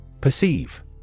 Perceive